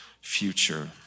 future